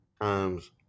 times